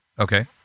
Okay